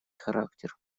характер